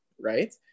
right